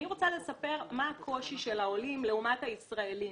אני רוצה לספר מה הקושי של העולים לעומת הישראלים.